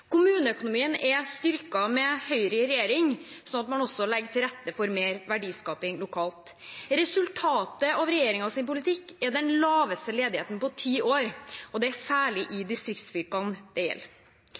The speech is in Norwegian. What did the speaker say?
Kommuneøkonomien er styrket med Høyre i regjering, slik at man også legger til rette for mer verdiskaping lokalt. Resultatet av regjeringens politikk er den laveste ledigheten på ti år. Det er særlig